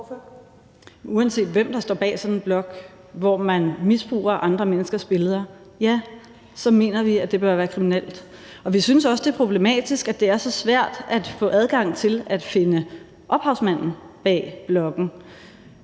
Uanset hvem der står bag sådan en blog, hvor man misbruger andre menneskers billeder, så mener vi, at det bør være kriminelt. Vi synes også, det er problematisk, at det er så svært at få adgang til at finde ophavsmanden bag bloggen.